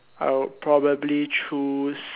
I would probably choose